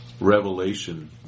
revelation